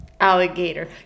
alligator